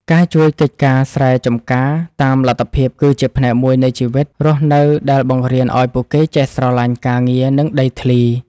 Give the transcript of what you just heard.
ការជួយកិច្ចការស្រែចម្ការតាមលទ្ធភាពគឺជាផ្នែកមួយនៃជីវិតរស់នៅដែលបង្រៀនឱ្យពួកគេចេះស្រឡាញ់ការងារនិងដីធ្លី។